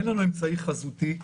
אין לנו אמצעי חזותי,